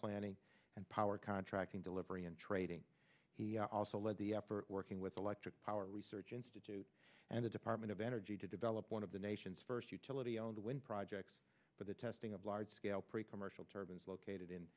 planning and power contracting delivery and trading he also led the effort working with electric power research institute and the department of energy to develop one of the nation's first utility owned wind projects but the testing of large scale pre commercial turbans located in